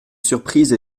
surprise